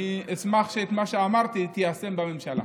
ואדוני, אני אשמח שאת מה שאמרתי תיישם בממשלה.